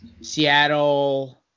Seattle